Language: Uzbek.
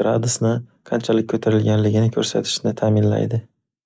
gradusni qanchalik koʻtarilganligini koʻrsatishni taʼminlaydi.